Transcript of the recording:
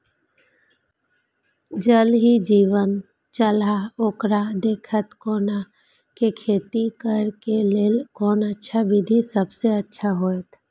ज़ल ही जीवन छलाह ओकरा देखैत कोना के खेती करे के लेल कोन अच्छा विधि सबसँ अच्छा होयत?